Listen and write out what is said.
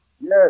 yes